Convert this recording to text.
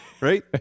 right